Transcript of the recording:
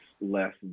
less